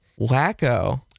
wacko